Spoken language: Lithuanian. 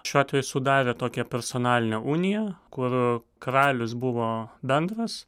šiuo atveju sudarė tokią personalinę uniją kur karalius buvo bendras